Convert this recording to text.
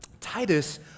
Titus